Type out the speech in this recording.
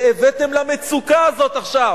והבאתם למצוקה הזאת עכשיו